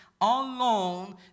alone